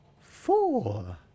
four